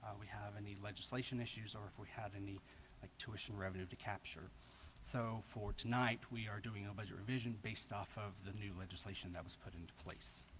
we have any legislation issues or if we had any like tuition revenue to capture so for tonight we are doing a budget revision based off of the new legislation that was put into place